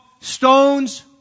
stones